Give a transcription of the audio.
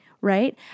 right